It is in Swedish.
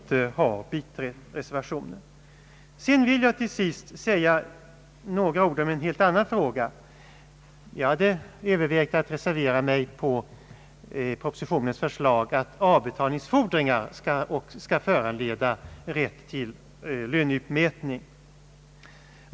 Till sist vill jag säga några ord om en helt annan fråga: jag hade övervägt att reservera mig beträffande propositionens förslag att avbetalningsfordringar skall föranleda rätt till löneutmätning.